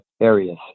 areas